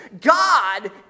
God